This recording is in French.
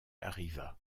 arriva